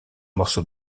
morceau